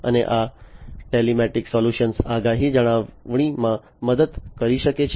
અને આ telematics solutions આગાહી જાળવણીમાં મદદ કરી શકે છે